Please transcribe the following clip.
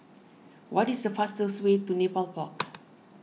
what is the fastest way to Nepal Park